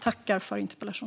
Tack för debatten!